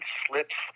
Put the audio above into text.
slips